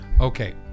okay